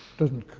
doesn't,